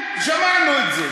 בינתיים שמענו את זה,